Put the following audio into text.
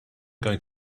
going